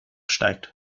steigt